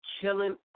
killing